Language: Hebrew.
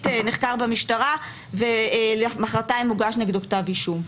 נחקר במשטרה ומחרתיים מוגש נגדו כתב אישום.